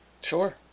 Sure